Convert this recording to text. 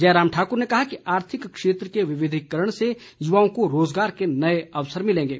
जयराम ठाकर ने कहा कि आर्थिक क्षेत्र के विविधिकरण से युवाओं को रोजगार के नए अवसर मिलेंगे